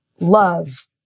Love